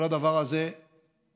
כל הדבר הזה מוצנע,